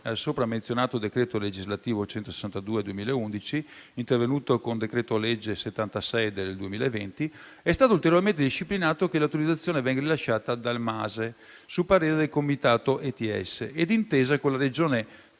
sopramenzionato decreto legislativo, intervenute con il decreto-legge n. 76 del 2020, è stato ulteriormente disciplinato che l'autorizzazione venga rilasciata dal MASE, su parere del Comitato ETS (Emission trading